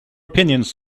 opinions